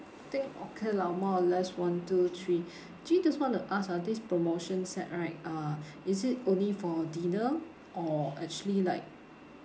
I think okay lah more or less one two three actually just want to ask ah this promotion set right uh is it only for dinner or actually like